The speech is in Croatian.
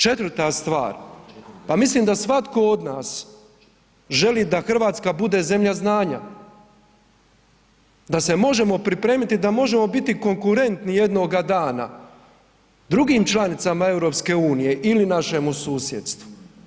Četvrta stvar, pa mislim da svatko od nas želi da Hrvatska bude zemlja znanja, da se možemo pripremiti, da možemo biti konkurentni jednoga dana drugim članicama EU ili našemu susjedstvu.